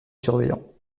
surveillants